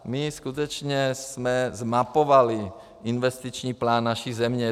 My skutečně jsme zmapovali investiční plán naší země.